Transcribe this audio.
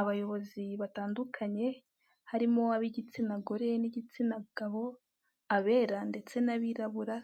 Abayobozi batandukanye harimo ab'igitsina gore n'igitsina gabo, abera ndetse n'abirabura